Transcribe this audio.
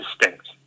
distinct